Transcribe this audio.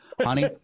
Honey